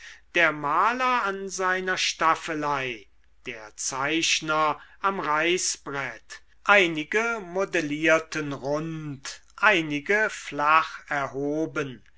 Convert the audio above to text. der maler an seiner staffelei der zeichner am reißbrett einige modellierten rund einige flach erhoben